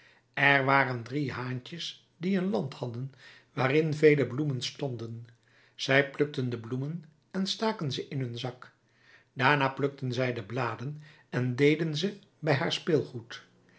er waren drie haantjes die een land hadden waarin vele bloemen stonden zij plukten de bloemen en staken ze in hun zak daarna plukten zij de bladen en deden ze bij haar speelgoed